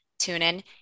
TuneIn